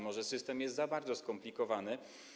Może system jest za bardzo skomplikowany.